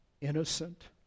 innocent